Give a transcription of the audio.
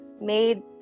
made